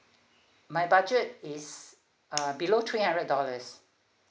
my budget is uh below three hundred dollars